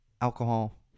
alcohol